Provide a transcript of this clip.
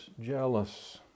Jealous